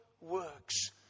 works